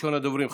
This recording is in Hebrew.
ראשון הדוברים,